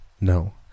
No